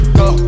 go